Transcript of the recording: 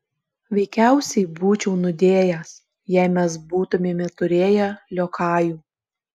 veikiausiai būčiau nudėjęs jei mes būtumėme turėję liokajų